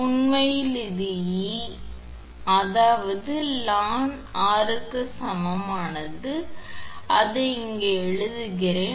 உண்மையில் அது e சரி அதாவது ln 𝑅 சமமானது உண்மையில் நான் இங்கே எழுதுகிறேன்